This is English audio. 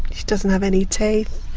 she doesn't have any teeth,